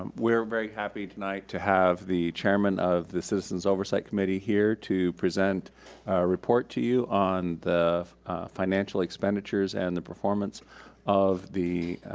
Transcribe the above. we're very happy tonight to have the chairman of the citizens oversight committee here to present a report to you on the financial expenditures and the performance of the